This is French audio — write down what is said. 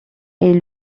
est